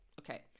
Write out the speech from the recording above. Okay